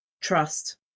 trust